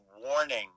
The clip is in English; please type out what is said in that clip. warning